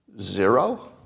Zero